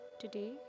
Today